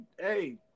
hey